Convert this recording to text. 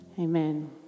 Amen